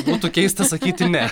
būtų keista sakyti ne